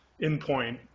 endpoint